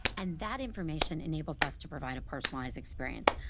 and that information enables us to provide a personalized experience.